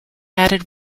added